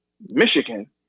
Michigan